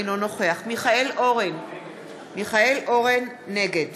אינו נוכח מיכאל אורן, נגד